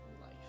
life